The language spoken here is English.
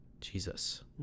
jesus